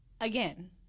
Again